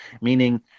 meaning